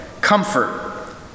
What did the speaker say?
comfort